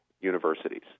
universities